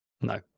No